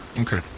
Okay